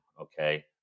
Okay